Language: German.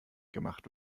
gemacht